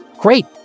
Great